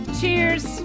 cheers